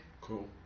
cool